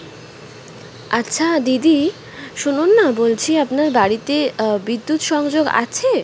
আচ্ছা দিদি শুনুন না বলছি আপনার বাড়িতে বিদ্যুৎ সংযোগ আছে